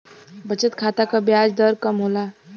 बचत खाता क ब्याज दर कम होला